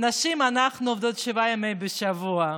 אנחנו הנשים עובדות שבעה ימים בשבוע.